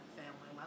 family